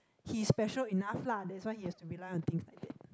he's special enough lah that's why he has to rely on things like that